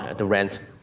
ah the rent,